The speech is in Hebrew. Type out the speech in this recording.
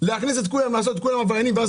לעשות את כולם עבריינים ורק אז